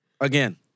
Again